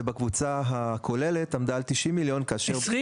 ובקבוצה הכוללת על 90 מיליון ₪.